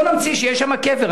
בוא נמציא שיש שם קבר,